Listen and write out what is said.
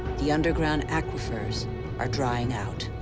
the underground aquifers are drying out.